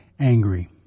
angry